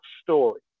story